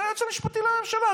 אתה היועץ המשפטי לממשלה,